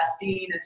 investing